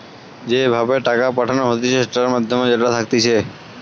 যে ভাবে টাকা পাঠানো হতিছে সেটার মাধ্যম যেটা থাকতিছে